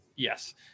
Yes